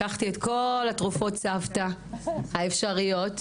לקחתי את כל תרופות הסבתא האפשריות,